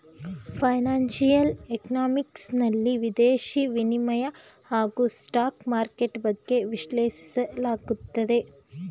financial economics ನಲ್ಲಿ ವಿದೇಶಿ ವಿನಿಮಯ ಹಾಗೂ ಸ್ಟಾಕ್ ಮಾರ್ಕೆಟ್ ಬಗ್ಗೆ ವಿಶ್ಲೇಷಿಸಲಾಗುತ್ತದೆ